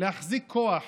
כוח